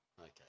Okay